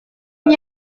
n’y